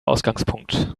ausgangpunkt